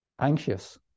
anxious